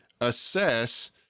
assess